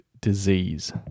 disease